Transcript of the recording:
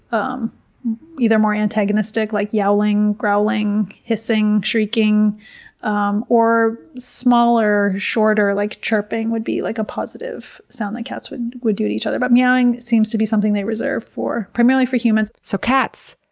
um either more antagonistic, like yowling, growling, hissing, shrieking um or smaller, shorter, like chirping would be like a positive sound that cats would would do to each other. but meowing seems to be something they reserve primarily for humans. so cats,